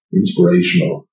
inspirational